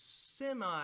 semi